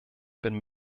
bin